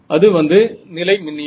அது வந்து நிலைமின்னியல்